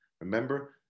Remember